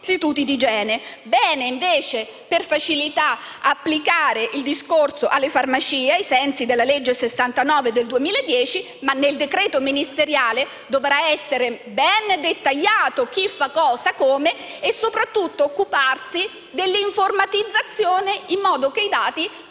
istituti di igiene. Va bene, invece, per praticità, applicare il discorso alle farmacie, ai sensi della legge n. 69 del 2010, ma nel decreto ministeriale dovrà essere ben dettagliato chi fa cosa e come e, soprattutto, occorre occuparsi dell'informatizzazione, in modo tale che i dati